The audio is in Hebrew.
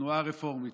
התנועה הרפורמית.